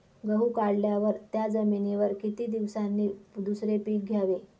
गहू काढल्यावर त्या जमिनीवर किती दिवसांनी दुसरे पीक घ्यावे?